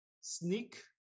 sneak